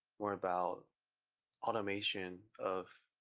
more about automation of,